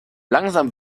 langsam